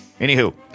Anywho